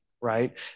Right